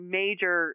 major